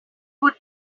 would